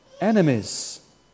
enemies